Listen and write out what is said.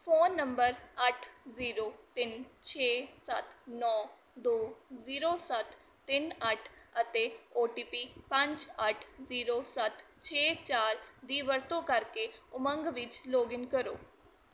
phone number ਅੱਠ zero ਤਿੰਨ ਛੇ ਸੱਤ ਨੌ ਦੋ ਜ਼ੀਰੋ ਸੱਤ ਤਿੰਨ ਅੱਠ ਅਤੇ ਓ ਟੀ ਪੀ ਪੰਜ ਅੱਠ ਜ਼ੀਰੋ ਸੱਤ ਛੇ ਚਾਰ ਦੀ ਵਰਤੋਂ ਕਰਕੇ ਉਮੰਗ ਵਿੱਚ ਲੌਗਇਨ ਕਰੋ